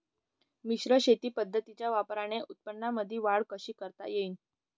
मिश्र शेती पद्धतीच्या वापराने उत्पन्नामंदी वाढ कशी करता येईन?